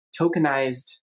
tokenized